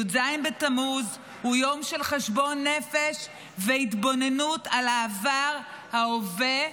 י"ז בתמוז הוא יום של חשבון נפש והתבוננות על העבר וההווה,